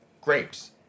grapes